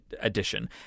edition